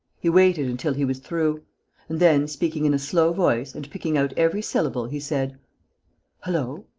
he waited until he was through and then, speaking in a slow voice and picking out every syllable, he said hullo.